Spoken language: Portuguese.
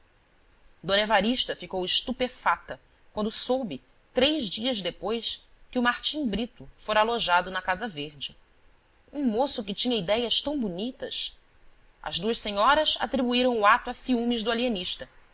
d evarista ficou estupefata quando soube três dias depois que o martim brito fora alojado na casa verde um moço que tinha idéias tão bonitas as duas senhoras atribuíram o ato a ciúmes do